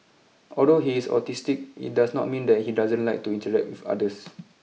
although he is autistic it does not mean that he doesn't like to interact with others